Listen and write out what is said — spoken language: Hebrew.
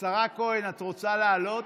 השרה כהן, את רוצה לעלות?